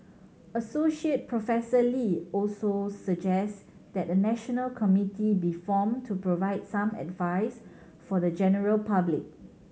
Associate Professor Lee also suggests that a national committee be formed to provide some advice for the general public